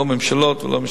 לא ממשלות ולא,